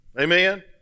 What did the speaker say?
Amen